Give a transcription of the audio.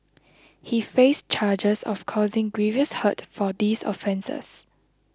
he faced charges of causing grievous hurt for these offences